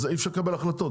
אז אי אפשר לקבל החלטות.